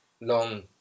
long